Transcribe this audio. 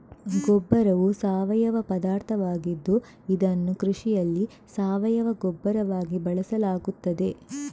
ಗೊಬ್ಬರವು ಸಾವಯವ ಪದಾರ್ಥವಾಗಿದ್ದು ಇದನ್ನು ಕೃಷಿಯಲ್ಲಿ ಸಾವಯವ ಗೊಬ್ಬರವಾಗಿ ಬಳಸಲಾಗುತ್ತದೆ